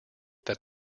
that